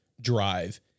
drive